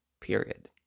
period